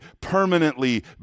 permanently